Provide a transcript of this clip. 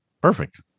Perfect